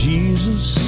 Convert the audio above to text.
Jesus